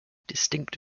distinct